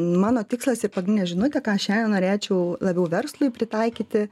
mano tikslas ir pagrindinė žinutė ką šiandien norėčiau labiau verslui pritaikyti